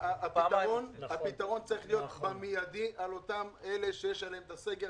הפתרון צריך להיות באופן מידי על אותם אלה שיש עליהם את הסגר.